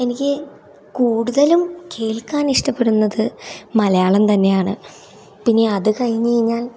എനിക്ക് കൂടുതലും കേൾക്കാൻ ഇഷ്ടപ്പെടുന്നത് മലയാളം തന്നെയാണ് പിന്നെ അത് കഴിഞ്ഞ് കഴിഞ്ഞാൽ